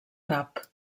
cap